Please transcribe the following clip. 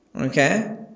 Okay